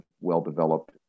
well-developed